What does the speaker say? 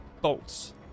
bolts